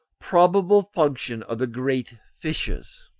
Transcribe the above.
probable function of the great fissures.